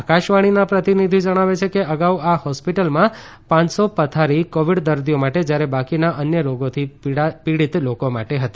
આકાશવાણીના પ્રતિનિધી જણાવે છે કે અગાઉ આ હોસ્પિટલમાં પાંચસો પથારી કોવિડ દર્દીઓ માટે જ્યારે બાકીના અન્ય રોગોથી પીડિત લોકો માટે હતી